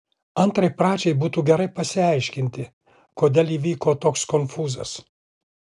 antrai pradžiai būtų gerai pasiaiškinti kodėl įvyko toks konfūzas